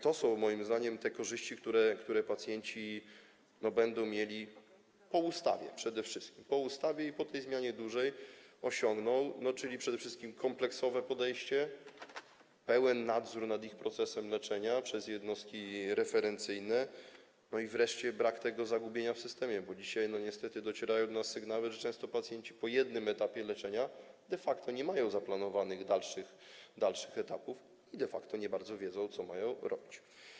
To są, moim zdaniem, te korzyści, które pacjenci będą mieli przede wszystkim po ustawie i po tej dużej zmianie, czyli przede wszystkim kompleksowe podejście, pełen nadzór nad ich procesem leczenia przez jednostki referencyjne i wreszcie brak tego zagubienia w systemie, bo dzisiaj niestety docierają do nas sygnały, że często pacjenci po jednym etapie leczenia de facto nie mają zaplanowanych dalszych etapów i nie bardzo wiedzą, co mają robić.